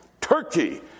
Turkey